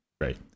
right